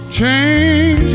change